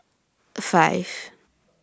five